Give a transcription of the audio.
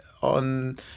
on